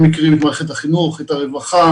הם מכירים את מערכת החינוך, את הרווחה